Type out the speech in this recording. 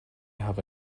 have